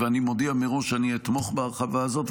ואני מודיע מראש שאני אתמוך בהרחבה הזאת,